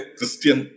Christian